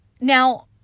Now